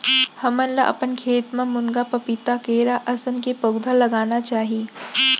हमन ल अपन खेत म मुनगा, पपीता, केरा असन के पउधा लगाना चाही